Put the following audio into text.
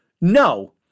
No